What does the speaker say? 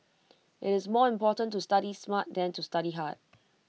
IT is more important to study smart than to study hard